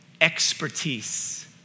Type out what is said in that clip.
Expertise